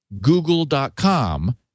Google.com